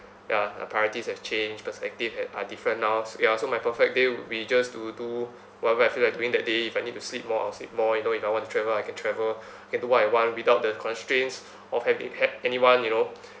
ya my priorities have changed perspective ha~ are different now ya so my perfect day would be just to do whatever I feel like doing that day if I need to sleep more I'll sleep more you know if I want to travel I can travel can do what I want without the constraints of havi~ had anyone you know